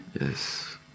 yes